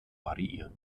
variieren